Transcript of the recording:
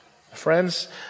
Friends